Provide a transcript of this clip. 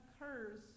occurs